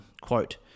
quote